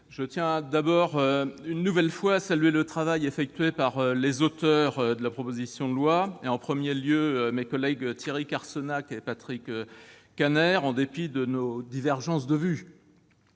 je tiens d'abord, une nouvelle fois, à saluer le travail effectué par les auteurs de la proposition de loi, en premier lieu MM. Thierry Carcenac et Patrick Kanner, et ce en dépit de nos divergences de vues.